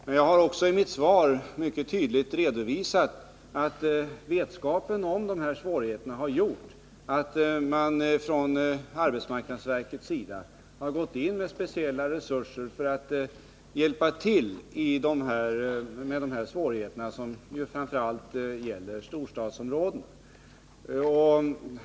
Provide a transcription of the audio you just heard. Men jag har också i mitt svar mycket tydligt redovisat att vetskapen om dessa svårigheter har gjort att arbetsmarknadsverket har satt in speciella resurser för att försöka avhjälpa dessa svårigheter, som framför allt gäller storstadsområdena.